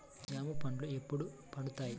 జామ పండ్లు ఎప్పుడు పండుతాయి?